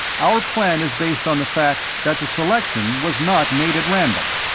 our plan is based on the fact that the selection was not made at random.